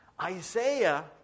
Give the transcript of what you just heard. Isaiah